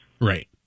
right